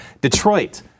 Detroit